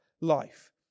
life